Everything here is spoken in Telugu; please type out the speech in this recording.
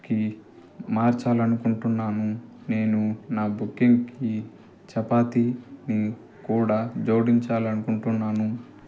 మార్చాలనుకుంటున్నాను నేను నా బుకింగ్కి చపాతిని కూడా జోడించాలనుకుంటున్నాను